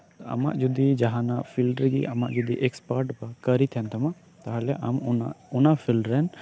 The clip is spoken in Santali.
ᱟᱢᱟᱜ ᱡᱚᱫᱤ ᱡᱟᱦᱟᱱᱟᱜ ᱯᱷᱤᱞᱰ ᱨᱮᱜᱮ ᱟᱢᱟᱜ ᱡᱚᱫᱤ ᱮᱠᱥᱯᱟᱨᱴ ᱠᱟᱹᱨᱤ ᱛᱟᱦᱮᱱ ᱛᱟᱢᱟ ᱛᱟᱦᱚᱞᱮ ᱟᱢ ᱚᱱᱟ ᱚᱱᱟ ᱯᱷᱤᱞᱰᱨᱮ ᱱ